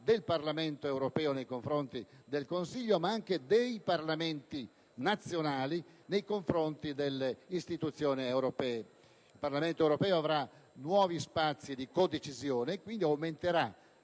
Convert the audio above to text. del Parlamento europeo nei confronti del Consiglio e dei Parlamenti nazionali nei confronti delle istituzioni europee. Il Parlamento europeo avrà nuovi spazi di codecisione; aumenterà